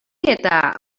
eta